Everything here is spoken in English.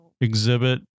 exhibit